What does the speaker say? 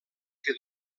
que